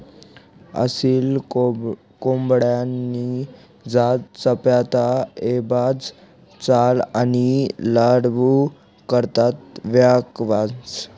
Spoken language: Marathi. असील कोंबडानी जात चपयता, ऐटबाज चाल आणि लढाऊ करता वयखावंस